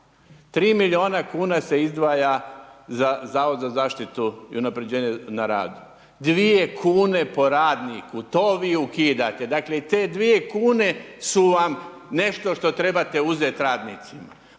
3 milijuna kuna se izdvaja za Zavod za zaštitu i unaprjeđenje na radu, 2 kune po radniku, to vi ukidate, dakle te 2 kune su vam nešto što trebate uzeti radnicima,